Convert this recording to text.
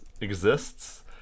exists